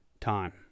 time